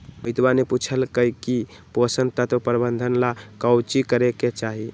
मोहितवा ने पूछल कई की पोषण तत्व प्रबंधन ला काउची करे के चाहि?